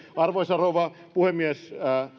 arvoisa rouva puhemies